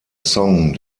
song